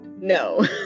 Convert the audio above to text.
No